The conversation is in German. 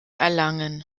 erlangen